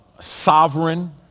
sovereign